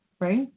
right